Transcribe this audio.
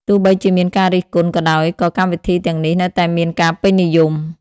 ទោះបីជាមានការរិះគន់ក៏ដោយក៏កម្មវិធីទាំងនេះនៅតែមានការពេញនិយម។